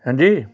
ਹਾਂਜੀ